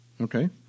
Okay